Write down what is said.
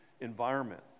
environment